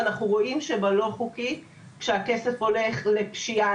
ואנחנו רואים שבלא חוקי כשהכסף הולך לפשיעה,